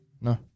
No